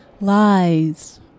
Lies